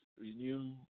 renew